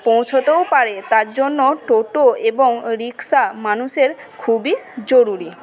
পৌঁছোতেও পারে তার জন্য টোটো এবং রিকশা মানুষের খুবই জরুরি